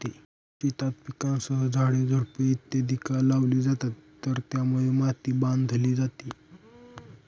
शेतात पिकांसह झाडे, झुडपे इत्यादि का लावली जातात तर त्यामुळे माती बांधली जाते